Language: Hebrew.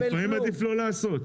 לפעמים עדיף לא לעשות.